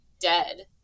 dead